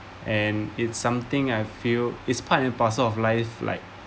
and it's something I feel it's part and parcel of life like